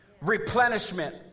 replenishment